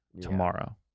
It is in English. tomorrow